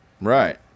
Right